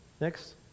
Next